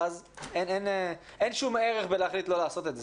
ואז אין שום ערך להחליט לא לעשות את זה,